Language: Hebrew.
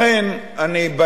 בעניין הזה,